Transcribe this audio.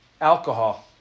alcohol